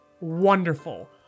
wonderful